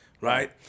right